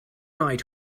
night